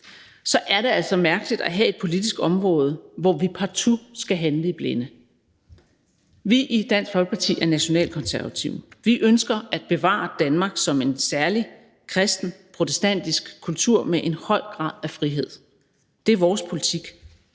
så er det altså mærkeligt at have et politisk område, hvor vi partout skal handle i blinde. Vi i Dansk Folkeparti er nationalkonservative. Vi ønsker at bevare Danmark som en særlig kristen, protestantisk kultur med en høj grad af frihed. Det er vores politik.